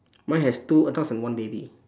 mine has two adults and one baby